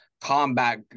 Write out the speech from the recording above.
combat